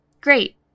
Great